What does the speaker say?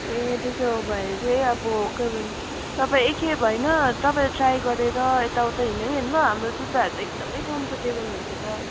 ए त्यसो भए चाहिँ अब के भन् तपाईँ एकखेप होइन तपाईँले ट्राई गरेर यता उत्ता हिँडेर हेर्नुभयो हाम्रो जुत्ताहरू त एकदमै कम्फोर्टेबल हुन्छ त